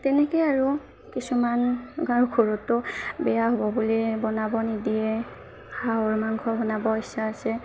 তেনেকৈ আৰু কিছুমান গাঁৱৰ ঘৰতো বেয়া হ'ব বুলি বনাব নিদিয়ে হাঁহৰ মাংস বনাব ইচ্ছা আছে